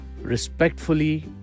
respectfully